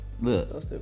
Look